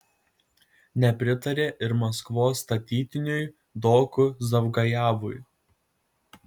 nepritarė ir maskvos statytiniui doku zavgajevui